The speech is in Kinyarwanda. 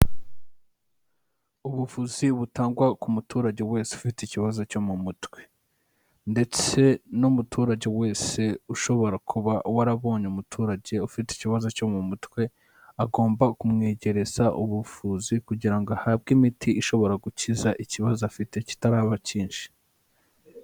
Ubuvuzi butangwa ku muturage wese ufite ikibazo cyo mu mutwe, ndetse n'umuturage wese ushobora kuba warabonye umuturage ufite ikibazo cyo mu mutwe, agomba kumwegereza ubuvuzi, kugira ahabwe imiti ishobora gukiza ikibazo afite kitaba cyinshi.